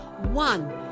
One